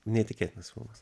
neįtikėtinas filmas